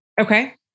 Okay